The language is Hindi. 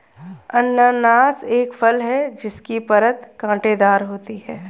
अनन्नास एक फल है जिसकी परत कांटेदार होती है